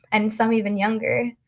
and some even younger,